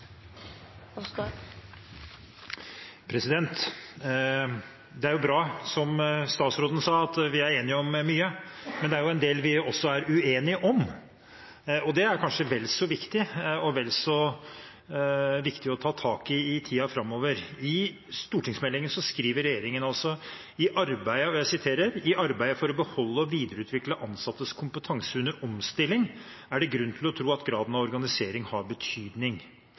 enige om mye, men det er også en del vi er uenige om. Det er kanskje vel så viktig, og det er vel så viktig å ta tak i i tiden framover. I stortingsmeldingen skriver regjeringen: «I arbeidet for å beholde og videreutvikle ansattes kompetanse under omstilling er det grunn til å tro at graden av organisering har betydning.»